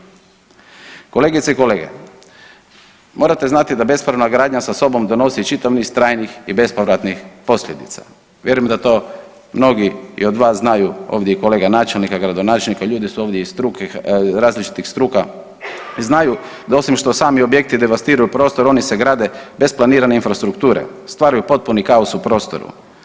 Kolegice i kolege, morate znati da bespravna gradnja sa sobom donosi i čitav niz trajnih i bespovratnih posljedica, vjerujem da to mnogi i od vas znaju, ovdje i kolega načelnika, gradonačelnika, ljudi su ovdje iz struke, različitih struka i znaju da osim što sami objekti devastiraju prostor, oni se grade bez planirane infrastrukture, stvaraju potpuni kaos u prostoru.